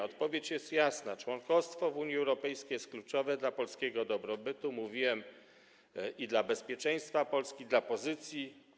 Odpowiedź jest jasna: członkostwo w Unii Europejskiej jest kluczowe dla polskiego dobrobytu i dla bezpieczeństwa Polski, dla pozycji.